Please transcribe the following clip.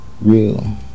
real